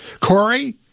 Corey